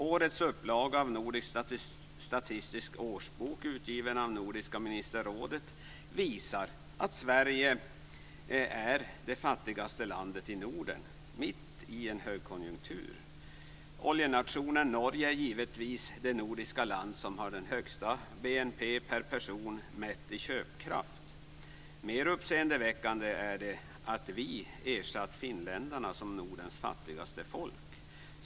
Årets upplaga av Nordisk statistisk årsbok, utgiven av Nordiska ministerrådet, visar att Sverige är det fattigaste landet i Norden; detta mitt i en högkonjunktur. Oljenationen Norge är givetvis det nordiska land som ligger högst vad gäller BNP per person mätt i köpkraft. Mer uppseendeväckande är att vi har ersatt finländarna som Nordens fattigaste folk.